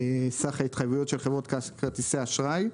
סך ההתחייבויות של חברות כרטיסי האשראי,